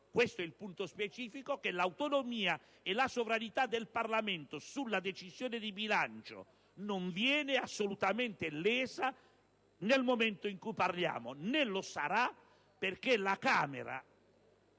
questo è il punto specifico - che l'autonomia e la sovranità del Parlamento sulla decisione di bilancio non vengano assolutamente lese nel momento in cui parliamo, né lo saranno perché la Camera